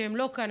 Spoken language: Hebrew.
שהן לא כאן,